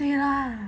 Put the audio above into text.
对 lah